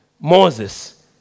Moses